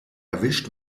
erwischt